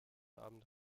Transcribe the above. abend